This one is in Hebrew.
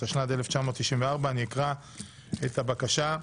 התשנ"ד 1994. אני אקרא את הבקשה: